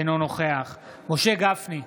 אינו נוכח משה גפני,